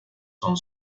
son